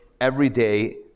everyday